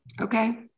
Okay